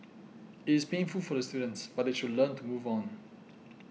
it is painful for the students but they should learn to move on